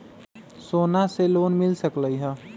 सोना से लोन मिल सकलई ह?